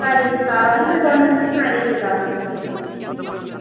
ساریٚے کِتابہٕ اہَن تُہۍ بَنٲوِو سُہ ساریٚے کِتابَن چھِ اَچھا ٹھیٖک ٹھیٖک چھُ ٹھیٖک